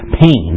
pain